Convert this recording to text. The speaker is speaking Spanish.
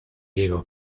diego